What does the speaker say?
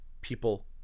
people